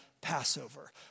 Passover